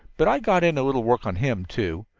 but i got in a little work on him, too.